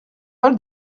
val